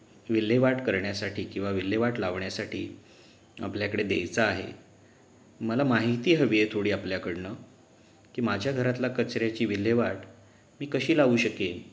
विल्हेवाट करण्यासाठी किंवा विल्हेवाट लावण्यासाठी आपल्याकडे द्यायचा आहे मला माहिती हवी आहे थोडी आपल्याकडून की माझ्या घरातल्या कचऱ्याची विल्हेवाट मी कशी लावू शकेन